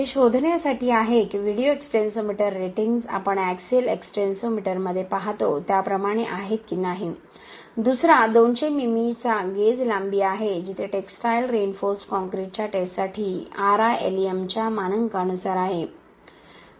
हे शोधण्यासाठी आहे की व्हिडिओ एक्स्टेन्सोमीटर रेटिंग्स आपण एक्सिअल एक्सटेन्सोमीटरमध्ये पाहतो त्याप्रमाणे आहेत की नाही दुसरा 200 मिमीचा गेज लांबी आहे जेथे टेक्सटाईल रिइन्फोर्सड कंक्रीटच्या टेस्टसाठी RILEM च्या मानकांनुसार आहे